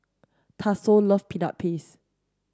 Tatsuo love peanut paste